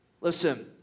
Listen